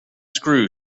screw